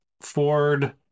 Ford